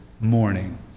Morning